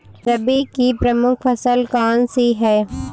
रबी की प्रमुख फसल कौन सी है?